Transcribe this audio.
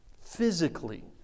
physically